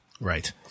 Right